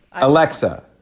Alexa